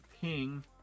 ping